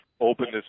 openness